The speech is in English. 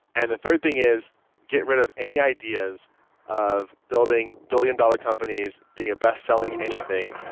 and the third thing is get rid of any ideas of building billion dollar companies, being a best selling anything,